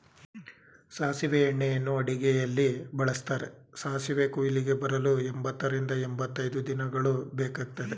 ಸಾಸಿವೆ ಎಣ್ಣೆಯನ್ನು ಅಡುಗೆಯಲ್ಲಿ ಬಳ್ಸತ್ತರೆ, ಸಾಸಿವೆ ಕುಯ್ಲಿಗೆ ಬರಲು ಎಂಬತ್ತರಿಂದ ಎಂಬತೈದು ದಿನಗಳು ಬೇಕಗ್ತದೆ